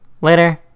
Later